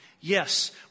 Yes